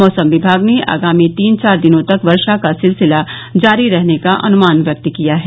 मौसम विभाग ने आगामी तीन चार दिनों तक वर्षा का सिलसिला जारी रहने का अनुमान व्यक्त किया है